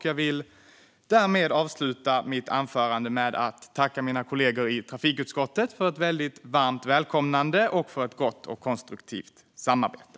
Jag vill därmed avsluta mitt anförande med att tacka mina kollegor i trafikutskottet för ett varmt välkomnande och för ett gott och konstruktivt samarbete.